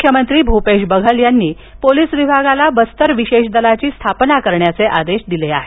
मुख्यमंत्री भूपेश बघेल यांनी पोलीस विभागाला बस्तर विषेश दलाची स्थापना करण्याचे आदेश दिले आहेत